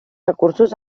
recursos